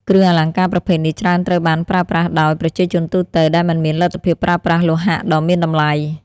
គ្រឿងអលង្ការប្រភេទនេះច្រើនត្រូវបានប្រើប្រាស់ដោយ ប្រជាជនទូទៅ ដែលមិនមានលទ្ធភាពប្រើប្រាស់លោហៈដ៏មានតម្លៃ។